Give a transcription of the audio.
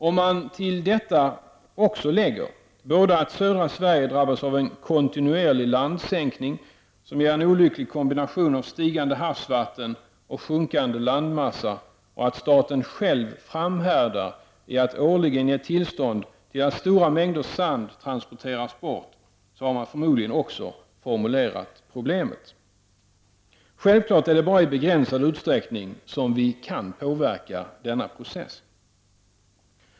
— Om man till detta också lägger både att södra Sverige drabbas av en kontinuerlig landsänkning — som ger en olycklig kombination av stigande havsvatten och sjunkande landmassa — och att staten själv framhärdar i att årligen ge tillstånd till att stora mängder sand transporteras bort har man förmodligen också formulerat problemet. Självklart är det bara i begränsad utsträckning som vi kan påverka denna process.